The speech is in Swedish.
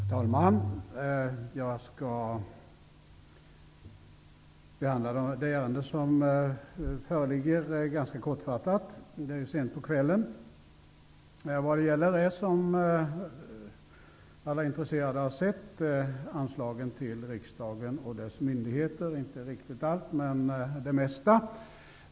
Herr talman! Jag tänker ganska kortfattat behandla det ärende som föreligger. Det är ju sent på kvällen. Som alla intresserade har sett gäller ärendet anslagen till riksdagen och dess myndigheter, m.m.